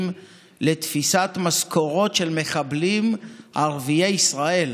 לתפיסת משכורות של מחבלים ערביי ישראל,